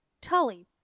tully